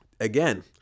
Again